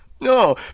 No